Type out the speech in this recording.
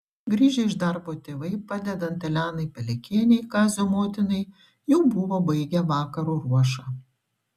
grįžę iš darbo tėvai padedant elenai palekienei kazio motinai jau buvo baigę vakaro ruošą